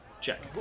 Check